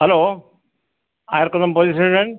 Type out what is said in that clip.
hello Ayarkunnam police station